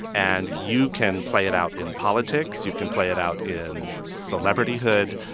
and you can play it out in politics. you can play it out in celebrityhood.